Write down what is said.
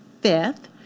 fifth